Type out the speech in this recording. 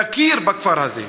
להכיר בכפר הזה.